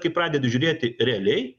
kai pradedi žiūrėti realiai